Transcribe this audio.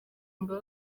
ngo